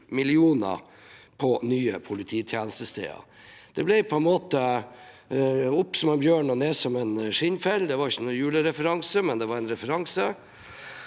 mill. kr på nye polititjenestesteder. Det blir på en måte «opp som en løve og ned som en skinnfell». Det var ikke noen julereferanse, men det var en referanse.